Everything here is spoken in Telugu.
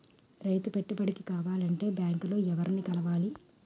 రైతు పెట్టుబడికి కావాలంటే బ్యాంక్ లో ఎవరిని కలవాలి?